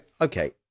okay